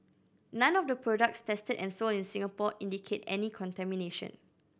none of the products tested and sold in Singapore indicate any contamination